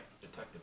detective